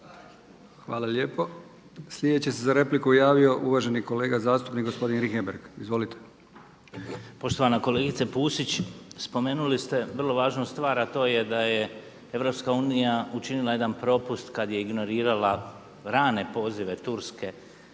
Hvala lijepo. Sljedeći se za repliku javio uvaženi kolega zastupnik gospodin Richembergh. Izvolite. **Beus Richembergh, Goran (HNS)** Poštovana kolegice Pusić spomenuli ste vrlo važnu stvar a to je da je Europska unija učinila jedan propust kada je ignorirala rane pozive turske